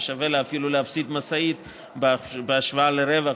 ששווה לה אפילו להפסיד משאית בהשוואה לרווח